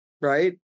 right